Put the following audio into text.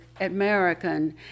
American